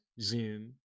Zoom